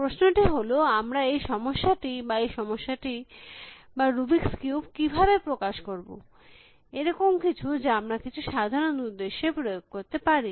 প্রশ্নটি হল আমরা এই সমস্যাটি বা এই সমস্যাটি বা রুবিক্স কিউব কিভাবে প্রকাশ করব এরম কিছু যা আমরা কিছু সাধারণ উদ্দেশ্যে প্রয়োগ করতে পারি